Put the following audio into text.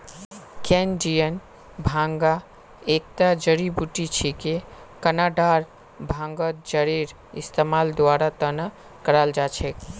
Canadian भांग एकता जड़ी बूटी छिके कनाडार भांगत जरेर इस्तमाल दवार त न कराल जा छेक